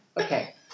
Okay